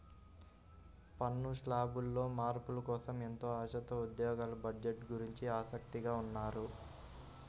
పన్ను శ్లాబుల్లో మార్పుల కోసం ఎంతో ఆశతో ఉద్యోగులు బడ్జెట్ గురించి ఆసక్తిగా ఉన్నారు